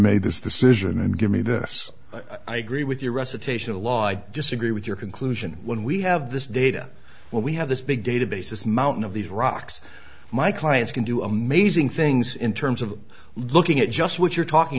made this decision and give me this i agree with you recitation of law i disagree with your conclusion when we have this data when we have this big database this mountain of these rocks my clients can do amazing things in terms of looking at just what you're talking